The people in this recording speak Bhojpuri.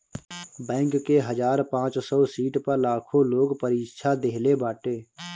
बैंक के हजार पांच सौ सीट पअ लाखो लोग परीक्षा देहले बाटे